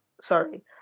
Sorry